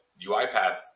UiPath